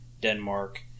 Denmark